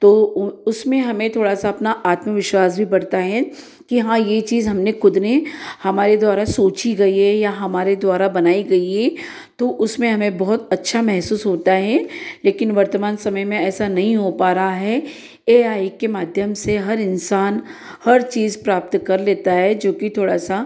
तो उसमें हमें थोड़ा सा अपना आत्मविश्वास भी बढ़ता हे कि हाँ ये चीज़ हमने खुद ने हमारे द्वारा सोची गई है या हमारे द्वारा बनाई गई है तो उसमें हमें बहुत अच्छा महसूस होता है लेकिन वर्तमान समय में ऐसा नहीं हो पा रहा है ए आई के माध्यम से हर इंसान हर चीज़ प्राप्त कर लेता है जो कि थोड़ा सा